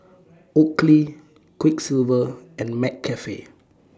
Oakley Quiksilver and McCafe